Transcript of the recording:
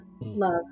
love